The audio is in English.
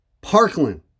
Parkland